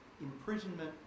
imprisonment